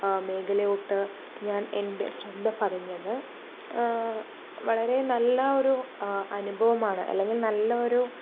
മേഖലയിലോട്ട് ഞാൻ എൻ്റെ ശ്രദ്ധ പതിഞ്ഞത് വളരെ നല്ലൊരു അനുഭവമാണ് അല്ലെങ്കിൽ നല്ലൊരു